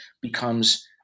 becomes